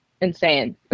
insane